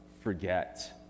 forget